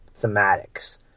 thematics